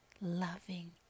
loving